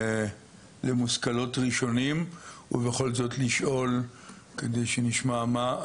ולאחר מכן נשמע גם